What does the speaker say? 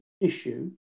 issue